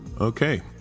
Okay